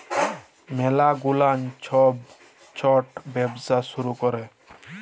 ম্যালা গুলান ছব ছট ব্যবসা শুরু ক্যরে